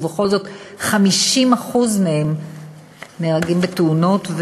ובכל זאת הם 50% מהנהרגים בתאונות,